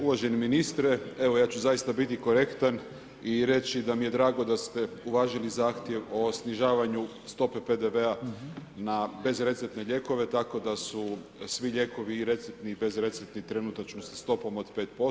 Uvaženi ministre evo ja ću zaista biti korektan i reći da mi je drago da ste uvažili zahtjev o snižavanju stope PDV-a na bezreceptne lijekove, tako da su svi lijekovi i receptni i bez receptni trenutačno sa stopom od 5%